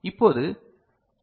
இப்போது பி